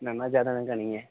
ना ना जादा तां नेईं ऐ